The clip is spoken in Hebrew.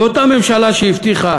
ואותה ממשלה שהבטיחה